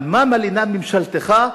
על מה מלינה ממשלתך,